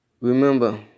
Remember